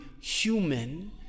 human